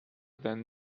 than